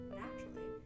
naturally